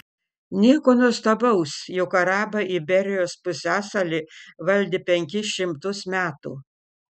nieko nuostabaus juk arabai iberijos pusiasalį valdė penkis šimtus metų